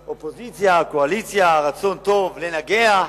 אופוזיציה, קואליציה, רצון טוב, לנגח.